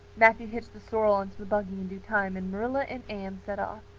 matthew hitched the sorrel into the buggy in due time and marilla and anne set off.